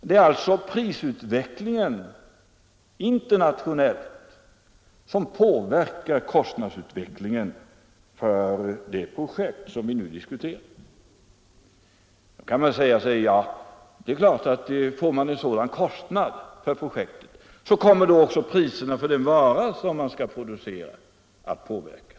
Det är alltså den internationella prisutvecklingen som påverkar kostnadsutvecklingen för det projekt som vi nu diskuterar. Då kan man naturligtvis säga att det är klart att med en sådan här kostnadsstegring för projektet, kommer också priserna för den vara som skall produceras att påverkas.